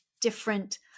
different